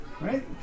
Right